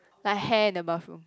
like hair in the bathroom